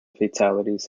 fatalities